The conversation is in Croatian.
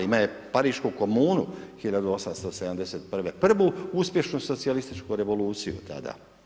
Imala je Parišku komunu 1871. prvu uspješnu socijalističku revoluciju tada.